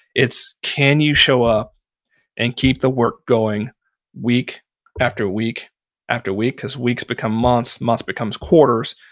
it's can you show up and keep the work going week after week after week? because weeks become months, months becomes quarters.